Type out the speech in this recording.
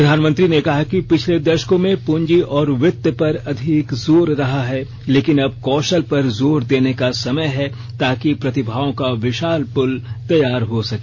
प्रधानमंत्री ने कहा कि पिछले दशकों में पूंजी और वित्त पर अधिक जोर रहा है लेकिन अब कौशल पर जोर देने का समय है ताकि प्रतिभाओं का विशाल प्रल तैयार हो सके